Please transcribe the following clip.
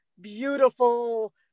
beautiful